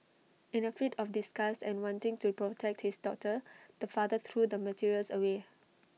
in A fit of disgust and wanting to protect his daughter the father threw the materials away